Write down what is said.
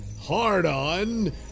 Hardon